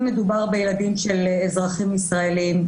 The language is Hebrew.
אם מדובר בילדים של אזרחים ישראלים,